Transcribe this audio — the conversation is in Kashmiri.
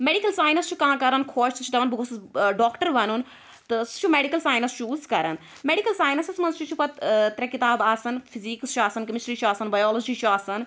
میڈِکٕل ساینَس چھُ کانٛہہ کران خۄش سُہ چھُ دَپان بہٕ گوٚژھُس ٲں ڈاکٹر بَنُن تہٕ سُہ چھُ میٚڈِکٕل ساینَس چیٛوٗز کرَن میٚڈِکٕل ساینَسَس مَنٛز تہِ چھِ پَتہٕ ترٛےٚ کتابہٕ آسان فِزِکٕس چھِ آسان کیٚمِسٹرٛی چھِ آسان بَیالَجی چھِ آسان